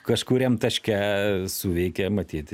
kažkuriam taške suveikė matyt